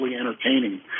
entertaining